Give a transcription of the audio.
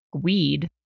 weed